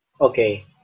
Okay